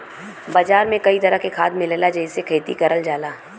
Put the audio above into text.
बाजार में कई तरह के खाद मिलला जेसे खेती करल जाला